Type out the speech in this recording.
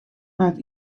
waard